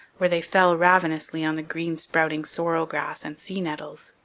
where they fell ravenously on the green sprouting sorrel grass and sea nettles.